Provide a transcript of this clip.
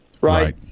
Right